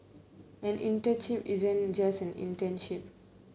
an internship isn't just an internship